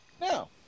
No